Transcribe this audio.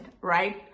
right